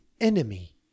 enemy